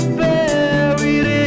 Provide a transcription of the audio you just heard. buried